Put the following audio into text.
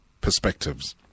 perspectives